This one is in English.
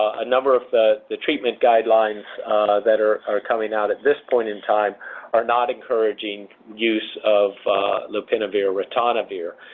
a number of the the treatment guidelines that are are coming out at this point in time are not encouraging use of lopinavir-ritonavir.